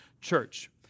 Church